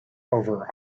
over